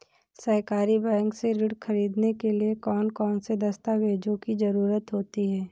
सहकारी बैंक से ऋण ख़रीदने के लिए कौन कौन से दस्तावेजों की ज़रुरत होती है?